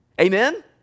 amen